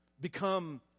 Become